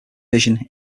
vision